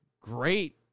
great